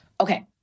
Okay